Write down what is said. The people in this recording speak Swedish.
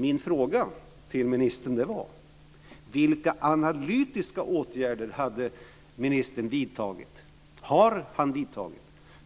Min fråga till ministern var: Vilka analytiska åtgärder har ministern vidtagit